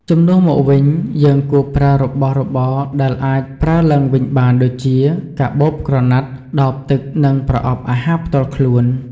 ជំនួសមកវិញ យើងគួរប្រើរបស់របរដែលអាចប្រើឡើងវិញបានដូចជាកាបូបក្រណាត់ ដបទឹក និងប្រអប់អាហារផ្ទាល់ខ្លួន។